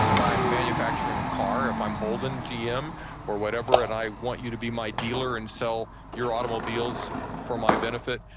if i'm manufacturing a car, if i'm holden gm or whatever, and i want you to be my dealer and sell your automobiles for my benefit,